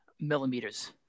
millimeters